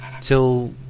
till